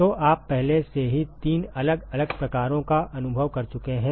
तो आप पहले से ही तीन अलग अलग प्रकारों का अनुभव कर चुके हैं